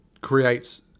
creates